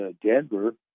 Denver